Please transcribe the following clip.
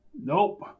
Nope